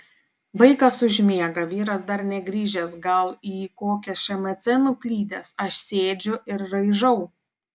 vaikas užmiega vyras dar negrįžęs gal į kokį šmc nuklydęs aš sėdžiu ir raižau